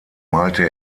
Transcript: malte